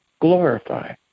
glorify